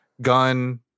gun